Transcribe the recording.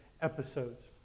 episodes